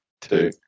two